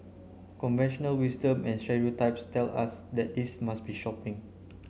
conventional wisdom and stereotypes tell us that this must be shopping